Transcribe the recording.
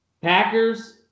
Packers